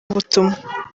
ubutumwa